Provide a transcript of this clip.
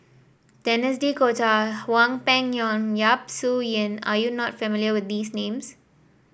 Denis D'Cotta Hwang Peng Yuan Yap Su Yin are you not familiar with these names